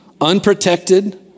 unprotected